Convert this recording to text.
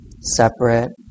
separate